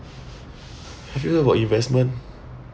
have you heard about investment